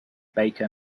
baker